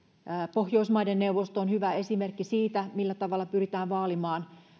pohjoismaiden neuvosto on hyvä esimerkki siitä millä tavalla pyritään vaalimaan